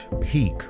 peak